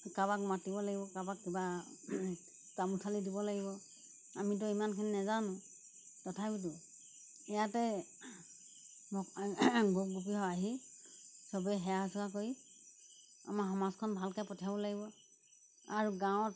কাবাক মাতিব লাগিব কাবাক কিবা তামোল ঠলি দিব লাগিব আমিতো ইমানখিনি নেজানো তথাপিতো ইয়াতে গোপ গোপীসহ আহি চবেই সেৱা চেৱা কৰি আমাৰ সমাজখন ভালকৈ পঠিয়াব লাগিব আৰু গাঁৱত